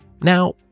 Now